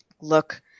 look